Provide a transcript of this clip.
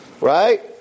right